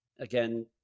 again